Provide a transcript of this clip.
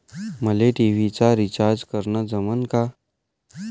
मले टी.व्ही चा रिचार्ज करन जमन का?